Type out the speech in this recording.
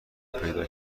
پیدا